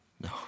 No